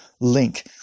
link